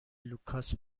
لوکاس